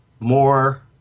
more